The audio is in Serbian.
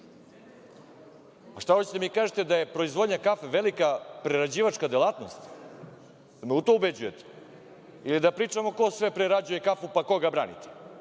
Šta hoćete da mi kažete, da je proizvodnja kafe velika prerađivačka delatnost? Jel me u to ubeđujete? Ili da pričamo ko sve prerađuje kafu, pa koga branite?